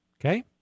Okay